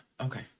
Okay